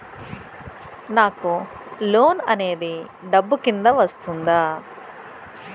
నాకు లోన్ అనేది డబ్బు కిందా వస్తుందా?